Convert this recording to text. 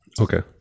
Okay